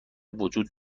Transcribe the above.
وجود